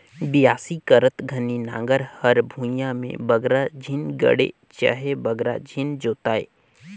बियासी करत घनी नांगर हर भुईया मे बगरा झिन गड़े चहे बगरा झिन जोताए